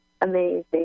amazing